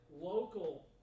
local